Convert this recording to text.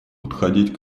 подходить